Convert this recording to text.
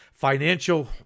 financial